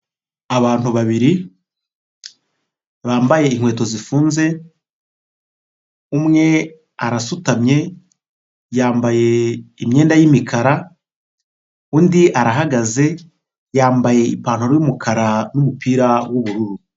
Abantu babiri bambaye inkweto zifunze, umwe arasutamye yambaye imyenda y'imikara undi arahagaze yambaye ipantaro y'umukara n'umupira w'ubururu.